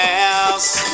house